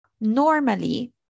Normally